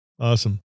Awesome